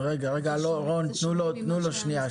זאת אומרת --- רגע, רון, תנו לו שניה.